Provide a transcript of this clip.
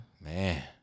Man